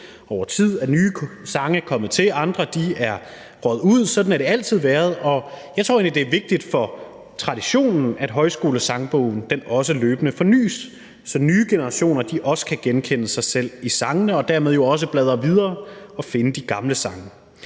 Over tid er nye sange kommet til, andre er røget ud. Sådan har det altid været, og jeg tror egentlig, det er vigtigt for traditionen, at Højskolesangbogen også løbende fornyes, så nye generationer også kan genkende sig selv i sangene og dermed jo også bladrer videre og finder de gamle sange.